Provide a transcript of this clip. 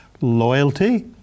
loyalty